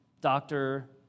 doctor